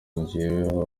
jyeweho